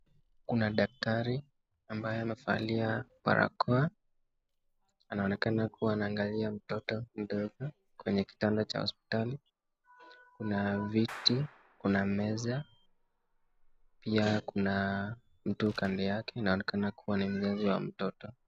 Kuna daktari ambaye amevalia barakoa anaonekana kuwa anaangalia mtoto mdogo kwenye kitanda cha hospitali, kuna viti ,kuna meza pia kuna mtu kando yake, inaonekana kuwa ni mzazi wa mtoto.